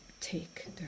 take